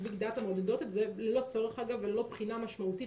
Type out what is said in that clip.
"ביג דאטא" מורידות את זה ללא צורך וללא בחינה משמעותית